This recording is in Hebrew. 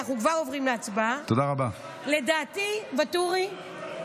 ואטורי,